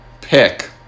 pick